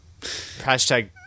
Hashtag